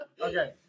Okay